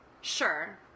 Sure